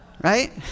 right